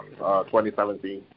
2017